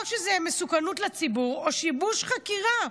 או שזה מסוכנות לציבור או שיבוש חקירה.